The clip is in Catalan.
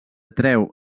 treu